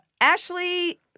Ashley